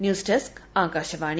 news desk Akashvani